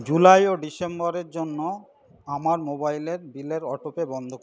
July ও ডিসেম্বরের জন্য আমার মোবাইলের বিলের অটো পে বন্ধ